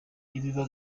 nibiba